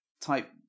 type